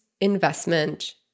investment